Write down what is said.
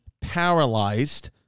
paralyzed